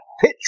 pitch